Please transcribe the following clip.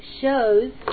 shows